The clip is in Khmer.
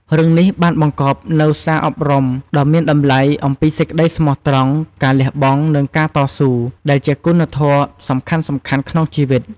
រឿងនេះបានបង្កប់នូវ សារអប់រំដ៏មានតម្លៃអំពីសេចក្តីស្មោះត្រង់ ការលះបង់ និងការតស៊ូ ដែលជាគុណធម៌សំខាន់ៗក្នុងជីវិត។